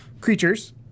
creatures